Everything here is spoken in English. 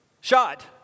shot